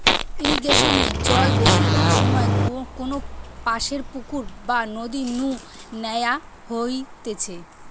ইরিগেশনে জল বেশিরভাগ সময় কোনপাশের পুকুর বা নদী নু ন্যাওয়া হইতেছে